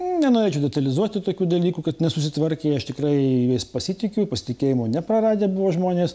nenorėčiau detalizuoti tokių dalykų kad nesusitvarkė aš tikrai jais pasitikiu pasitikėjimo nepraradę buvo žmonės